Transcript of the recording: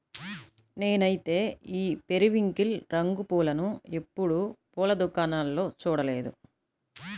నేనైతే ఈ పెరివింకిల్ రంగు పూలను ఎప్పుడు పూల దుకాణాల్లో చూడలేదు